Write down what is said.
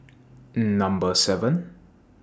Number seven